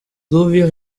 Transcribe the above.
pluvia